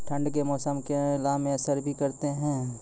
ठंड के मौसम केला मैं असर भी करते हैं?